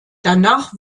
danach